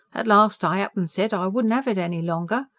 at last i up and said i wouldn't have it any longer.